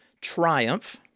triumph